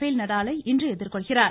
பேல் நடாலை இன்று எதிர்கொள்கிறார்